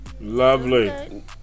lovely